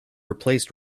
replaced